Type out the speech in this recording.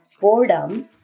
boredom